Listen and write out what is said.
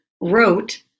wrote